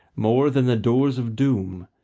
more than the doors of doom,